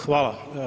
Hvala.